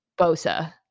Bosa